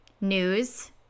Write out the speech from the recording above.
news